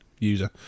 User